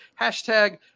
Hashtag